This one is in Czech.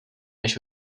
než